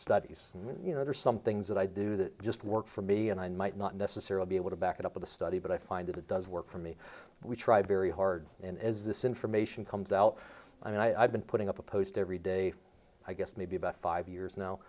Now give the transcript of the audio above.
studies and you know there are some things that i do that just work for me and i might not necessarily be able to back it up with a study but i find that it does work for me we try very hard and as this information comes out i mean i've been putting up a post every day i guess maybe about five years now